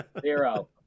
Zero